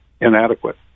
inadequate